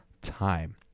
time